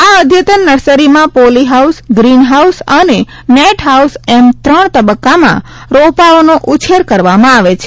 આ અઘતન નર્સરીમાં પોલીહાઉસ ગ્રીનહાઉસ અને નેટહાઉસ એન ત્રણ તબક્કામાં રોપાઓનો ઉછેર કરવામાં આવે છે